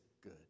good